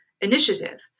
initiative